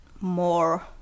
more